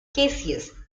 cassius